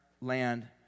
land